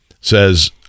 says